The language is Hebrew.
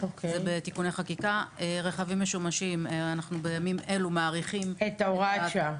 בתיקוני חקיקה; רכבים משומשים אנחנו בימים אלו מאריכים את הוראת השעה.